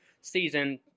season